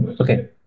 okay